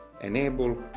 enable